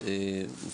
גם בים,